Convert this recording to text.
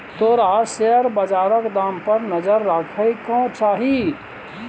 तोरा शेयर बजारक दाम पर नजर राखय केँ चाही